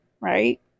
right